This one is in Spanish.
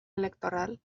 electoral